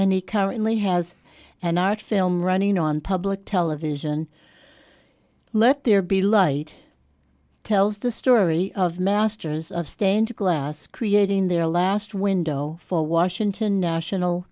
he currently has an art film running on public television let there be light tells the story of masters of stained glass creating their last window for washington national